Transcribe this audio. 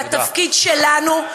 והתפקיד שלנו,